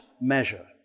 measure